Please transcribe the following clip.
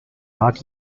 not